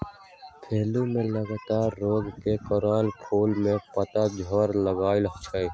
फूल में लागल रोग के कारणे फूल के पात झरे लगैए छइ